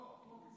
לא, פה בישראל.